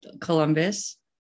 Columbus